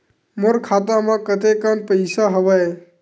मोर खाता म कतेकन पईसा हवय?